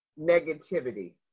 negativity